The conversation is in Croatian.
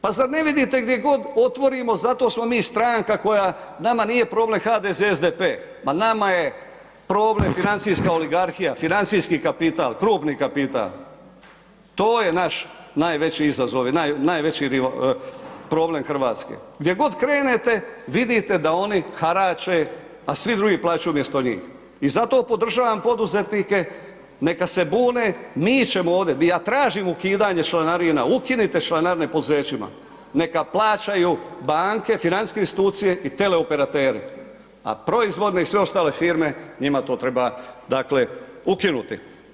Pa zar ne vidite gdje god otvorimo, zato smo mi stranka koja, nama nije problem HDZ, SDP, ma nama je problem financijska oligarhija, financijski kapital, krupni kapital, to je naš najveći izazov i najveći problem RH, gdje god krenete vidite da oni harače, a svi drugi plaćaju umjesto njih i zato podržavam poduzetnike, neka se bune, mi ćemo ovdje, ja tražim ukidanje članarina, ukinite članarine poduzećima, neka plaćaju banke, financijske institucije i teleoperateri, a proizvodne i sve ostale firme, njima to treba, dakle, ukinuti.